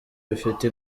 bifite